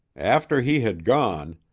after he had gone,